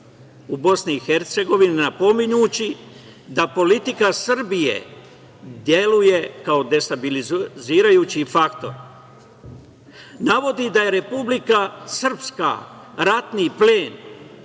napominjući da politika Srbije deluje kao destabilizirajući faktor. Navodi da je Republika Srpska ratni plen